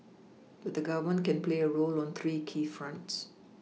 but the Government can play a role on three key fronts